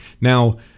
Now